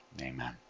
Amen